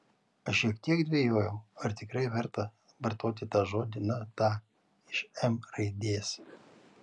aš šiek tiek dvejojau ar tikrai verta vartoti tą žodį na tą iš m raidės